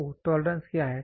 तो टोलरेंस क्या है